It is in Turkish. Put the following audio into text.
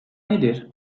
nedir